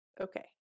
Okay